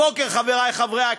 הבוקר, חברי חברי הכנסת,